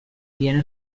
viene